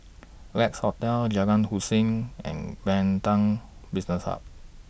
Lex Hotel Jalan Hussein and Pantech Business Hub